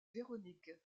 véronique